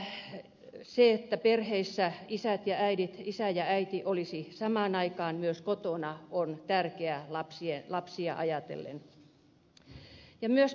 tiedämme että se että perheissä isä ja äiti olisivat samaan aikaan myös kotona on tärkeää lapsia ajatellen